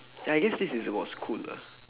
I guess this is about school ah